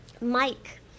Mike